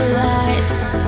lights